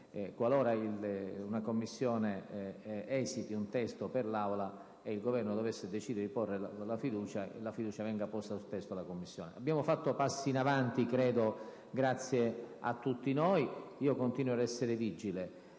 qualora una Commissione esiti un testo per l'Aula ed il Governo decida di porre la fiducia, la fiducia venga posta sul testo della Commissione. Abbiamo fatto passi in avanti grazie a tutti noi, e io continuo a essere vigile.